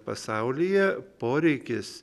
pasaulyje poreikis